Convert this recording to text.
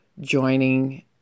joining